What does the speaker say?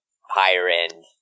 higher-end